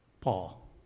Paul